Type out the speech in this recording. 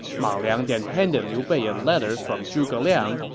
ma liang then handed liu bei a letter from zhuge liang,